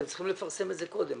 אתם צריכים לפרסם את זה קודם.